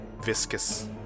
viscous